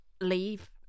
leave